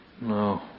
No